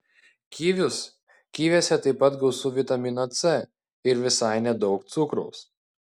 kivius kiviuose taip pat gausu vitamino c ir visai nedaug cukraus